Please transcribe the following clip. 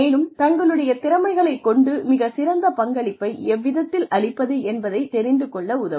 மேலும் தங்களுடைய திறமைகளை கொண்டு மிகச் சிறந்த பங்களிப்பை எவ்விதத்தில் அளிப்பது என்பதை தெரிந்து கொள்ள உதவும்